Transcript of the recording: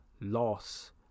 loss